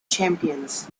champions